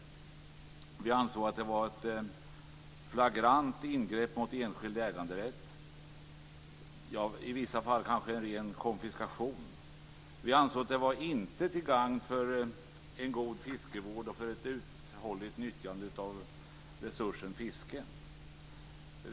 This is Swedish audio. Vi ansåg att det var ett flagrant ingrepp mot enskild äganderätt - ja i vissa fall kanske en ren konfiskation. Vi ansåg att det inte var till gagn för en god fiskevård och ett uthålligt nyttjande av resursen fiske.